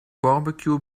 barbecue